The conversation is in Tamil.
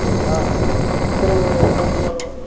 அப்படிங்களா சரி கொஞ்சம்